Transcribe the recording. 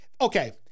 Okay